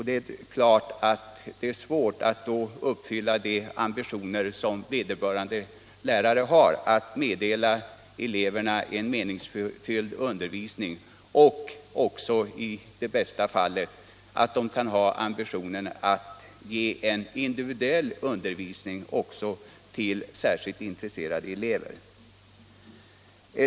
Det är då naturligtvis svårt att uppfylla vederbörande lärares ambitioner att meddela sina elever en meningsfylld undervisning. Lärarna har i bästa fall också ambitionen att ge en individuell undervisning till särskilt intresserade elever.